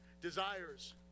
desires